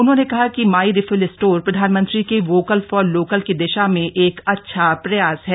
उन्होंने कहा कि माई रिफिल स्टोर प्रधानमंत्री के वोकल फॉर लोकल की दिशा में एक अच्छा प्रयास है